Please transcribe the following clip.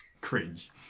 Cringe